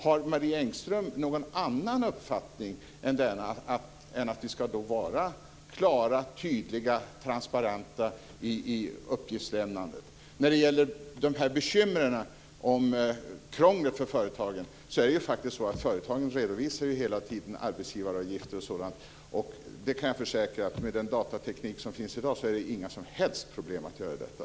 Har Marie Engström någon annan uppfattning än den att vi ska vara klara, tydliga, transparenta i uppgiftslämnandet? När det gäller bekymmer om krångel för företagen är det ju faktiskt så att företagen hela tiden redovisar arbetsgivaravgifter och sådant. Jag kan försäkra att med den datateknik som finns i dag är det inga som helst problem att göra detta.